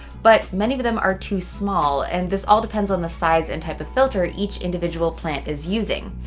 but many of them are too small. and this all depends on the size and type of filter each individual plant is using.